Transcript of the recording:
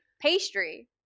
Pastry